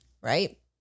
right